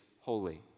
holy